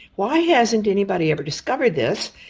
why hasn't anybody ever discovered this?